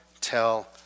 tell